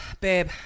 babe